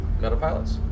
Metapilots